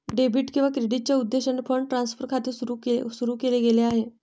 debit किंवा क्रेडिटच्या उद्देशाने फंड ट्रान्सफर खाते सुरू केले गेले आहे